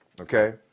Okay